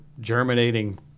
germinating